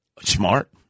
Smart